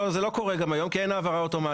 לא, זה לא קורה גם היום כי אין העברה אוטומטית.